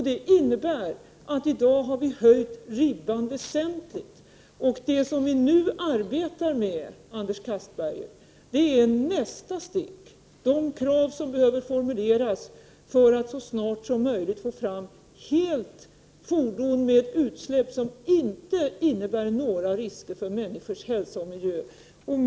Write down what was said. Det innebär att vi i dag har höjt ribban väsentligt. Det som vi nu arbetar med, Anders Castberger, är nästa steg, dvs. de krav som behöver formuleras för att det så snart som möjligt skall kunna tas fram ett helt fordon med utsläpp som inte innebär några risker för människors hälsa och miljö.